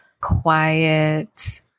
quiet